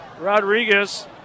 Rodriguez